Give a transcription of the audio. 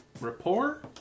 rapport